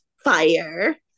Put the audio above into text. fire